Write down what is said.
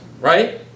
right